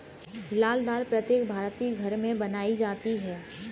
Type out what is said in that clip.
लाल दाल प्रत्येक भारतीय घर में बनाई जाती है